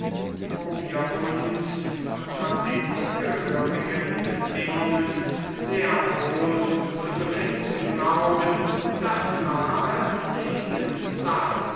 wo wir uns unter den gehörigen bedingungen sehr wohl zu befinden glauben das wahre leben sey